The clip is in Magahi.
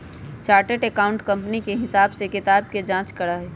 चार्टर्ड अकाउंटेंट कंपनी के हिसाब किताब के जाँच करा हई